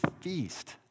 feast